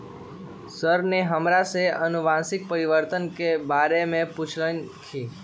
sir ने हमरा से अनुवंशिक परिवर्तन के बारे में पूछल खिन